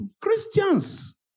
Christians